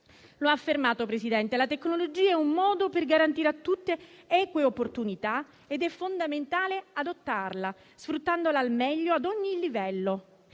ha affermato che la tecnologia è un modo per garantire a tutti eque opportunità ed è fondamentale adottarla sfruttandola al meglio ad ogni livello.